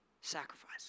sacrifice